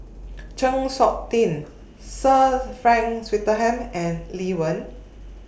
Chng Seok Tin Sir Frank Swettenham and Lee Wen